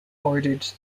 ordered